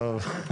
טוב.